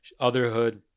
Otherhood